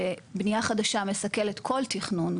ובנייה חדשה מסכלת כל תכנון,